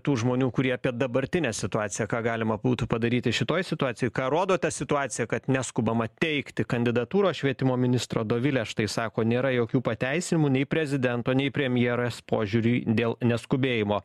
tų žmonių kurie apie dabartinę situaciją ką galima būtų padaryti šitoj situacijoj ką rodo ta situacija kad neskubama teikti kandidatūros švietimo ministro dovilė štai sako nėra jokių pateisinimų nei prezidento nei premjerės požiūriui dėl neskubėjimo